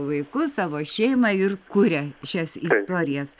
vaikus savo šeimą ir kuria šias istorijas